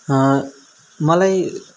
मलाई